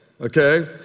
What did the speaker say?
okay